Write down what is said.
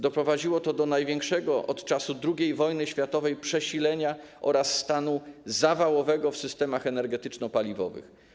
Doprowadziło to do największego od czasu II wojny światowej przesilenia oraz stanu zawałowego w systemach energetyczno-paliwowych.